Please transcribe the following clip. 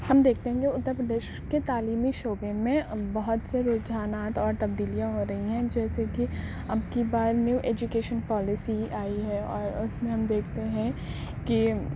ہم دیکھتے ہیں کہ اتّر پردیش کے تعلیمی شعبے میں بہت سے رجحانات اور تبدیلیاں ہو رہی ہیں جیسے کہ اب کی بار نیو ایجوکیشن پالیسی آئی ہے اور اس میں ہم دیکھتے ہیں کہ